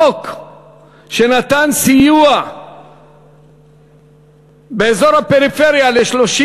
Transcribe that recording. חוק שנתן סיוע באזור הפריפריה ל-32